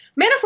Manafort